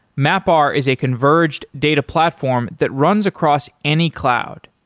mapr is a converged data platform that runs across any cloud.